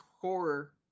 horror